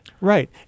Right